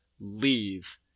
leave